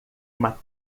uma